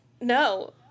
no